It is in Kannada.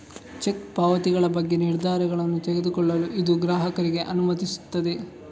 ಚೆಕ್ ಪಾವತಿಗಳ ಬಗ್ಗೆ ನಿರ್ಧಾರಗಳನ್ನು ತೆಗೆದುಕೊಳ್ಳಲು ಇದು ಗ್ರಾಹಕರಿಗೆ ಅನುಮತಿಸುತ್ತದೆ